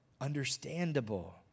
understandable